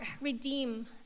redeem